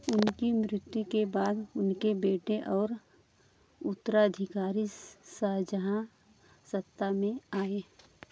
उनकी मृत्यु के बाद उनके बेटे और उत्तराधिकारी शाहजहाँ सत्ता में आए